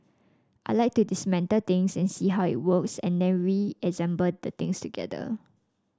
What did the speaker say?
I like to dismantle things and see how it works and then reassemble the things together